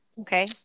okay